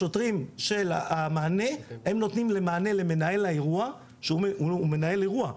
השוטרים של המענה הם נותנים מענה למנהל האירוע שהוא מנהל אירוע.